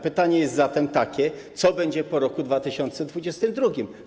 Pytanie jest zatem takie: Co będzie po roku 2022?